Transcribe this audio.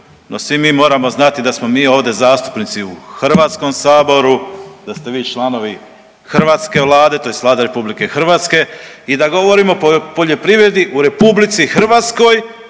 svi mi moramo znati da smo mi ovdje zastupnici u Hrvatskom saboru, da ste vi članovi hrvatske Vlade, tj. Vlade RH i da govorimo o poljoprivredi u RH i o hrvatskim